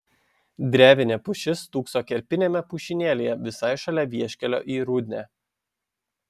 drevinė pušis stūkso kerpiniame pušynėlyje visai šalia vieškelio į rudnią